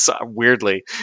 Weirdly